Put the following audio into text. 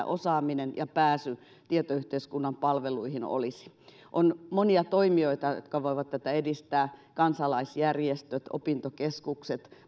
osaaminen ja pääsy tietoyhteiskunnan palveluihin on monia toimijoita jotka voivat tätä edistää kansalaisjärjestöt opintokeskukset